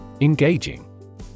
Engaging